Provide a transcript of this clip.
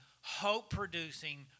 hope-producing